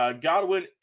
Godwin